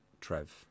Trev